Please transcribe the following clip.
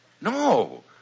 No